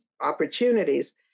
opportunities